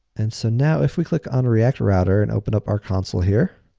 and so, now if we click on a react router and open up our console here,